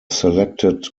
selected